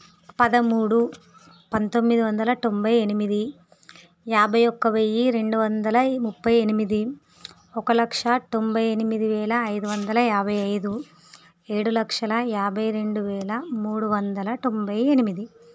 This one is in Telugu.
పదమూడు పంతొమ్మిది వందల తొంభై ఎనిమిది యాభై ఒక్క వెయ్యి రెండు వందల ముప్పై ఎనిమిది ఒక లక్ష టోమ్భై ఎనిమిది వేల ఐదు వందల యాభై ఐదు ఏడు లక్షల యాభై రెండు వేల మూడు వందల తొంభై ఎనిమిది